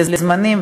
לזמנים,